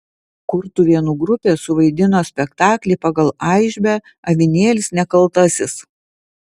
kurtuvėnų grupė suvaidino spektaklį pagal aišbę avinėlis nekaltasis